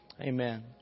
Amen